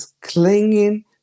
clinging